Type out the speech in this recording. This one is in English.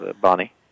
Bonnie